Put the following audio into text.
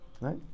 Right